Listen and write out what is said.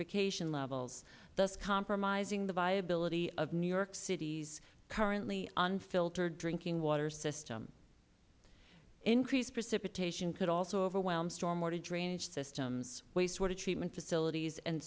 eutrophication levels thus compromising the viability of new york city's currently unfiltered drinking water system increased precipitation could also overwhelm storm water drainage systems wastewater treatment facilities and